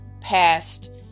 past